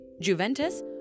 Juventus